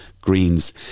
Greens